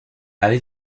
avez